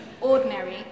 ordinary